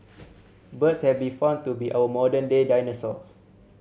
birds have been found to be our modern day dinosaurs